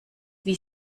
wie